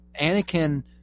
Anakin